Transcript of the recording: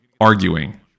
arguing